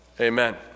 amen